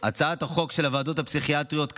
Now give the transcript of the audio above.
הצעת החוק של הוועדות הפסיכיאטריות כאן,